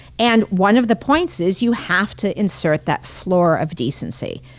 and one of the points is you have to insert that floor of decency,